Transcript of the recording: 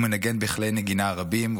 הוא מנגן בכלי נגינה רבים.